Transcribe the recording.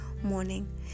Morning